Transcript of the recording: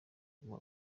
guma